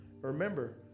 Remember